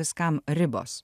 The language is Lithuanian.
viskam ribos